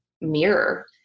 mirror